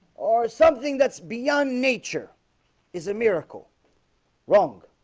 or something that's beyond nature is a miracle wrong